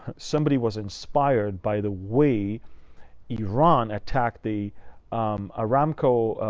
somebody was inspired by the way iran attacked the aramco